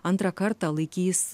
antrą kartą laikys